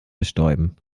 bestäuben